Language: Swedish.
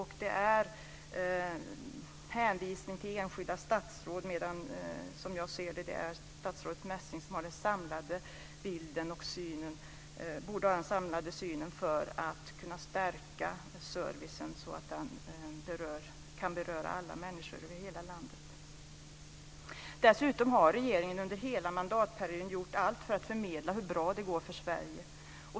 Här hänvisas det till enskilda statsråd, men som jag ser det är det statsrådet Messing som borde ha den samlade syn som krävs för att kunna stärka servicen så att den kan beröra alla människor över hela landet. Dessutom har regeringen under hela mandatperioden gjort allt för att förmedla hur bra det går för Sverige.